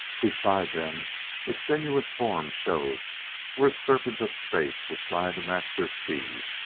beside them a sinuous form showed where a serpent of space was trying to match their speed.